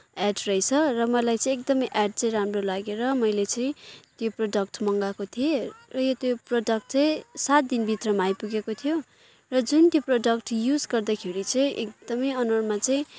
add रहेछ र मलाई चाहिँ एकदमै एड् चाहिँ राम्रो लागेर मैले चाहिँ त्यो प्रडक्ट मगाएको थिएँ र त्यो प्रडक्ट चाहिँ सात दिनभित्रमा आइपुगेको थियो र जुन त्यो प्रडक्ट युज गर्दाखेरि चाहिँ एकदमै अनुहारमा चाहिँ